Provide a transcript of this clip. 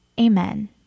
Amen